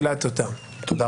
גלעד, תודה.